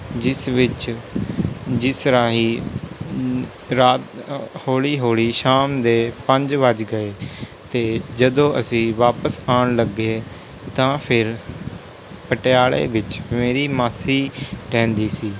ਜਿਸ ਵਿਚ ਜਿਸ ਰਾਹੀਂ ਰਾਤ ਹੌਲੀ ਹੌਲੀ ਸ਼ਾਮ ਦੇ ਪੰਜ ਵੱਜ ਗਏ ਅਤੇ ਜਦੋਂ ਅਸੀਂ ਵਾਪਸ ਆਉਣ ਲੱਗੇ ਤਾਂ ਫਿਰ ਪਟਿਆਲੇ ਵਿਚ ਮੇਰੀ ਮਾਸੀ ਰਹਿੰਦੀ ਸੀ